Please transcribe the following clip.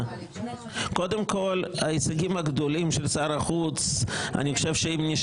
--- אני חושב שההישגים הגדולים --- לא היה